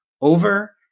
over